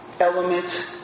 element